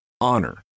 Honor